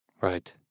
Right